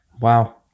Wow